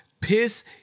piss